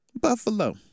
Buffalo